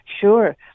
sure